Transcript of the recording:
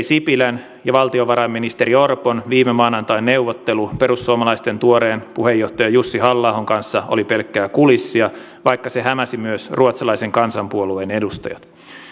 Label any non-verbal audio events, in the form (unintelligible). (unintelligible) sipilän ja valtiovarainministeri orpon viime maanantain neuvottelu perussuomalaisten tuoreen puheenjohtajan jussi halla ahon kanssa oli pelkkää kulissia vaikka se hämäsi myös ruotsalaisen kansanpuolueen edustajat